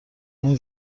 این